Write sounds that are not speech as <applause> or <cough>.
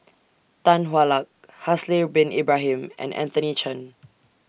Tan Hwa Luck Haslir Bin Ibrahim and Anthony Chen <noise>